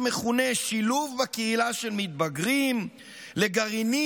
נעבור להצבעה בקריאה השלישית על הצעת